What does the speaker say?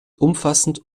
umfassend